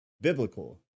biblical